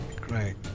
Great